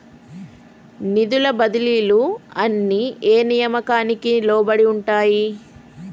నిధుల బదిలీలు అన్ని ఏ నియామకానికి లోబడి ఉంటాయి?